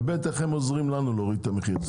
ו-ב', איך הם עוזרים לנו להוריד את המחיר.